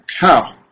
cow